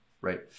right